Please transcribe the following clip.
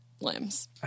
limbs